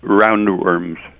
roundworms